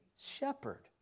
shepherd